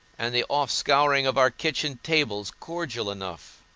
and the offscouring of our kitchen tables cordial enough.